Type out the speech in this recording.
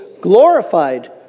glorified